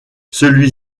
celui